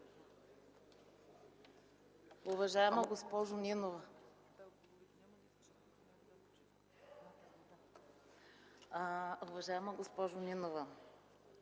Уважаема госпожо Нинова,